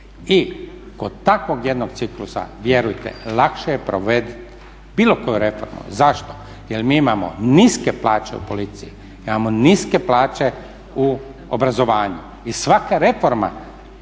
I kod takvog jednog ciklusa vjerujte lakše je provoditi bilo koju reformu. Zašto? Jel mi imamo niske plaće u policiji, imamo niske plaće u obrazovanju i svaka reforma